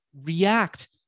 react